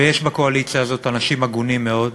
ויש בקואליציה הזאת אנשים הגונים מאוד,